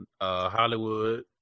Hollywood